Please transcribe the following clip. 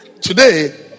Today